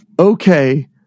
Okay